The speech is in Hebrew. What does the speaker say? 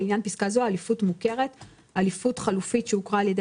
לעניין פסקה זו אליפות מוכרת אליפות חלופית שהוכרה על-ידי